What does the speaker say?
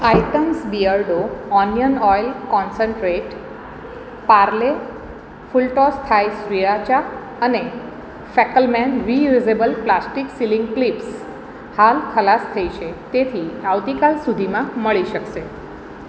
items Beardo onion oil concentrate Parle full toss Thai sriracha અને Fackelmann reusable plastic sealing clips હાલ ખલાસ થઈ છે તેથી આવતીકાલ સુધીમાં મળી શકશે